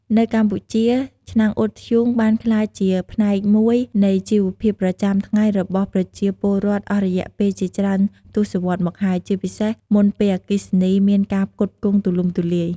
នៅកម្ពុជា ឆ្នាំងអ៊ុតធ្យូងបានក្លាយជាផ្នែកមួយនៃជីវភាពប្រចាំថ្ងៃរបស់ប្រជាពលរដ្ឋអស់រយៈពេលជាច្រើនទសវត្សរ៍មកហើយ ជាពិសេសមុនពេលអគ្គិសនីមានការផ្គត់ផ្គង់ទូលំទូលាយ។